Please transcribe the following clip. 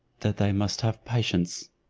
that they must have patience.